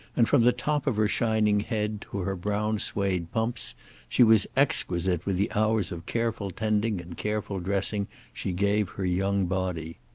and from the top of her shining head to her brown suede pumps she was exquisite with the hours of careful tending and careful dressing she gave her young body.